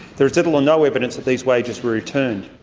there is little or no evidence that these wages were returned.